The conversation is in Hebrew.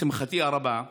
לשמחתי הרבה,